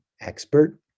expert